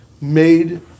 made